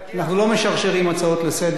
אנחנו לא משרשרים הצעות לסדר-היום,